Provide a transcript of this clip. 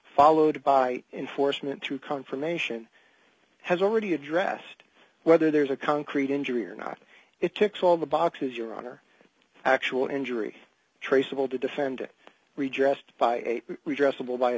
followed by enforcement through confirmation has already addressed whether there's a concrete injury or not it ticks all the boxes your honor actual injury traceable to defend redressed by